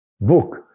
book